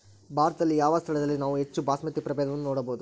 ಭಾರತದಲ್ಲಿ ಯಾವ ಸ್ಥಳದಲ್ಲಿ ನಾವು ಹೆಚ್ಚು ಬಾಸ್ಮತಿ ಪ್ರಭೇದವನ್ನು ನೋಡಬಹುದು?